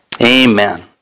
Amen